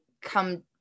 come